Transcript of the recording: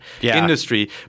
industry